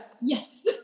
yes